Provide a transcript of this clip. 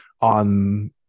on